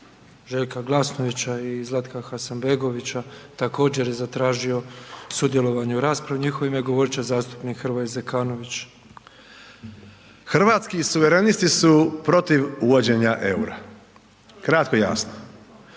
Željka Glasnovića i Zlatka Hasanbegovića također je zatražio sudjelovanje u raspravi, u njihovo ime govorit će zastupnik Hrvoje Zekanović. **Zekanović, Hrvoje (HRAST)** Hrvatski suverenisti su protiv uvođenja EUR-a, kratko i jasno